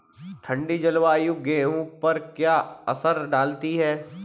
ठंडी जलवायु गेहूँ पर क्या असर डालती है?